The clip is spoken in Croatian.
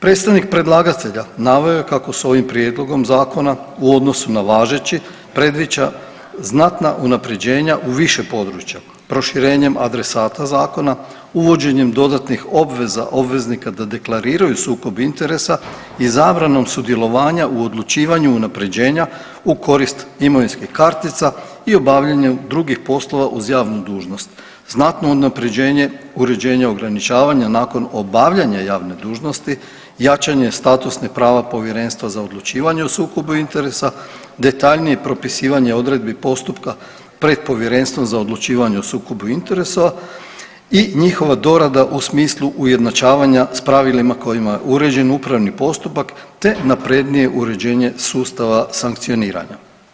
Predstavnik predlagatelja naveo je kako se ovim prijedlogom zakona u odnosu na važeći predviđa znatna unapređenja u više područja proširenjem adresata zakona, uvođenjem dodatnih obveza obveznika da deklariraju sukob interesa i zabranom sudjelovanja u odlučivanju unapređenja u korist imovinskih kartica i obavljanju drugih poslova uz javnu dužnost, znatno unapređenje uređenja ograničavanja nakon obavljanja javne dužnosti, jačanje statusnih prava Povjerenstva za odlučivanje o sukobu interesa, detaljnije propisivanje, detaljnije propisivanje odredbi postupka pred Povjerenstvom za odlučivanje o sukobu interesa i njihova dorada u smislu ujednačavanja s pravilima kojima je uređen upravni postupak te naprednije uređenje sustava sankcioniranja.